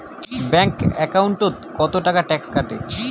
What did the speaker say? Bank একাউন্টত কতো টাকা ট্যাক্স কাটে?